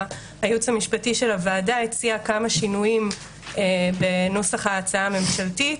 הייעוץ המשפטי של הוועדה הציע כמה שינויים בנוסח ההצעה הממשלתית.